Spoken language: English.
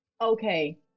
okay